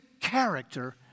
character